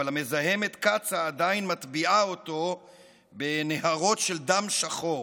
אבל המזהמת קצא"א עדיין מטביעה אותו בנהרות של דם שחור.